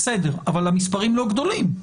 בסדר, אבל המספרים לא גדולים,